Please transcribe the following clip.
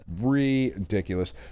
Ridiculous